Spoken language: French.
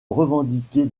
revendiquer